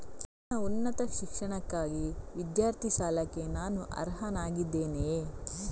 ನನ್ನ ಉನ್ನತ ಶಿಕ್ಷಣಕ್ಕಾಗಿ ವಿದ್ಯಾರ್ಥಿ ಸಾಲಕ್ಕೆ ನಾನು ಅರ್ಹನಾಗಿದ್ದೇನೆಯೇ?